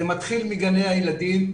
זה מתחיל מגני הילדים,